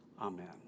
Amen